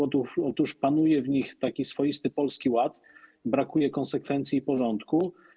Otóż panuje w nich taki swoisty Polski Ład - brakuje konsekwencji i porządku.